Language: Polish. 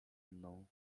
mną